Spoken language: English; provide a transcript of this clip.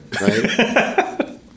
right